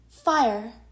fire